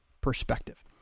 perspective